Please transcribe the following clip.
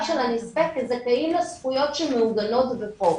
של הנספה זכאים לזכויות שמעוגנות בחוק.